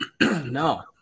no